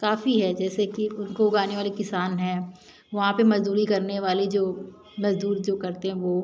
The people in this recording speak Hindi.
काफ़ी है जैसे कि उनको उगाने वाले किसान हैं वहाँ पर मज़दूरी करने वाले जो मज़दूर जो करते हैं वो